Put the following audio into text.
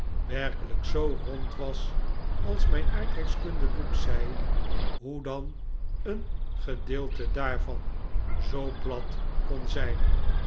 werkelijk zoo rond was als mijn aardrijkskunde boek zei hoe dan een gedeelte daarvan zoo plat kon zijn